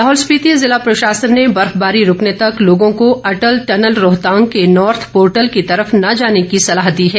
लाहौल स्पिति जिला प्रशासन ने बर्फबारी रूकने तक लोगों को अटल टनल रोहतांग के नार्थ पोर्टल की तरफ न जाने की सलाह दी है